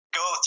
go